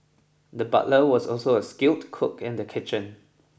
the butcher was also a skilled cook in the kitchen